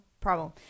problem